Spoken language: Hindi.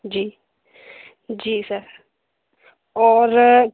जी जी सर और